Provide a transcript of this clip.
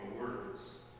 words